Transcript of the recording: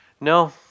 no